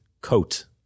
coat